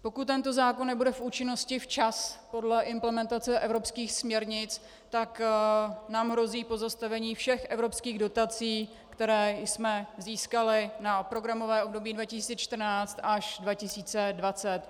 Pokud tento zákon nebude v účinnosti včas podle implementace evropských směrnic, tak nám hrozí pozastavení všech evropských dotací, které jsme získali na programové období 2014 až 2020.